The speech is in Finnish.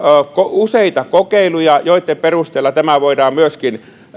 useita kokeiluja joitten perusteella tämä voidaan myöskin